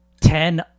ten